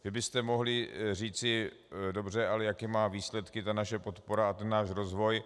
Vy byste mohli říci dobře, ale jaké má výsledky naše podpora a náš rozvoj?